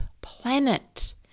planet